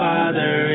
Father